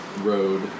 road